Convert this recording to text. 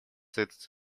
this